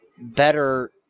better